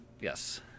Yes